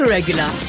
Regular